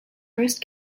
first